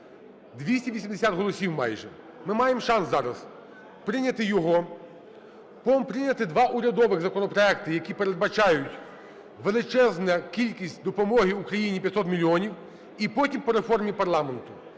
280 голосів майже, ми маємо шанс зараз прийняти його. Потім прийняти два урядових законопроекти, які передбачають величезну кількість допомоги Україні – 500 мільйонів, і потім – по реформі парламенту.